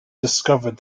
discovered